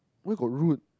where got rude